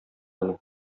аны